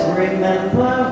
remember